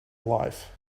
life